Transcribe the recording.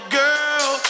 girl